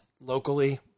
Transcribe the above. locally